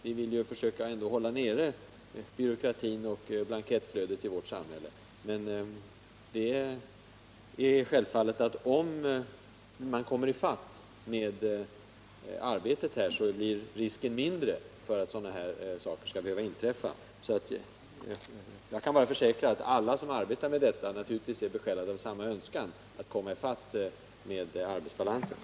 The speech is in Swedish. Vi vill ju också försöka hålla nere byråkratin och blankettflödet i vårt samhälle. Men det är klart att om man kommer i fatt med arbetet, blir risken mindre för att sådana här saker skall behöva inträffa. Jag kan bara försäkra att alla som arbetar med detta naturligtvis är besjälade av samma önskan — att få ned handläggningstiden.